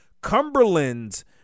Cumberland's